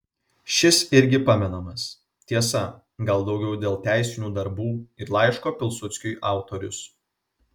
šis irgi pamenamas tiesa gal daugiau dėl teisinių darbų ir laiško pilsudskiui autorius